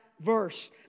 verse